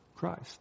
christ